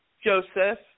Joseph